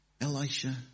Elisha